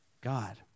God